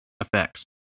Effects